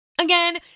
Again